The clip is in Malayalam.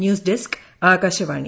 news desk Akashvani